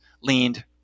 leaned